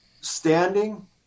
standing